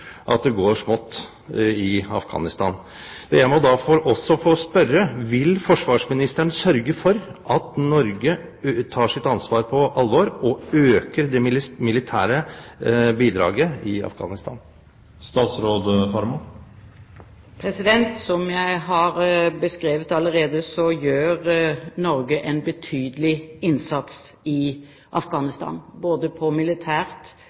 at det går smått i Afghanistan. Jeg må da få spørre: Vil forsvarsministeren sørge for at Norge tar sitt ansvar på alvor og øker det militære bidraget i Afghanistan? Som jeg har beskrevet allerede, gjør Norge en betydelig innsats i Afghanistan, både på militært